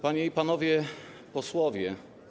Panie i Panowie Posłowie!